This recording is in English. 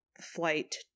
flight